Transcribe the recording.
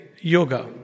yoga